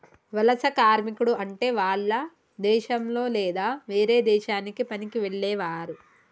వలస కార్మికుడు అంటే వాల్ల దేశంలొ లేదా వేరే దేశానికి పనికి వెళ్లేవారు